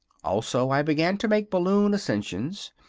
also i began to make balloon ascensions.